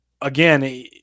again